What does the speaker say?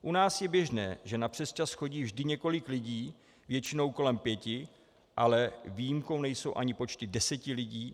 U nás je běžné, že na přesčas chodí vždy několik lidí, většinou kolem pěti, ale výjimkou nejsou ani počty deseti lidí.